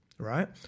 Right